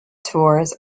tours